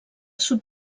sud